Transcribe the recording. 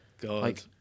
God